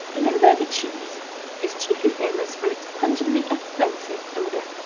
limburger cheese is chiefly famous for its pungently offensive odor.